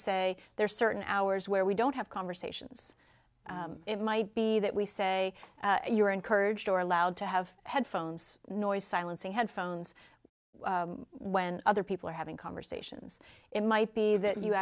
say there are certain hours where we don't have conversations it might be that we say you're encouraged or allowed to have headphones noise silencing headphones when other people are having conversations it might be that you